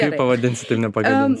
kaip pavadinsi taip nepagadins